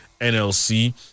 NLC